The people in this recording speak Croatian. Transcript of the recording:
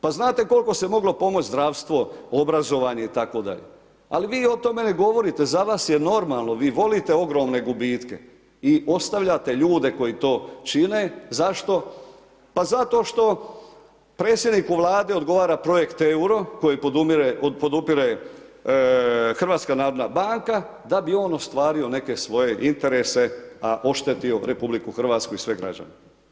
Pa znate koliko se moglo pomoć zdravstvo, obrazovanje itd., ali vi o tome ne govorite za vas je normalno vi volite ogromne gubitke i ostavljate ljude koji to čine, zašto, pa zato što predsjedniku Vlade odgovara projekt EURO koji podupire Hrvatska narodna banka da bi on ostvario neke svoje interese, a oštetio RH i sve građane.